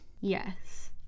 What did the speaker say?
Yes